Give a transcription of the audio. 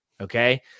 Okay